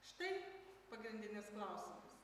štai pagrindinis klausimas